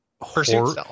horror